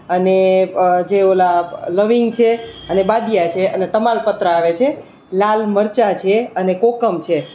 અને જે ઓલા લવીંગ છે અને બાદીયા છે અને તમાલપત્ર આવે છે લાલ મરચાં છે અને કોકમ છે